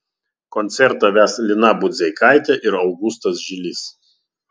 koncertą ves lina budzeikaitė ir augustas žilys